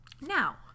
Now